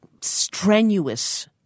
strenuous